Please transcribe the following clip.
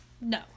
no